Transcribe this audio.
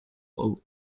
all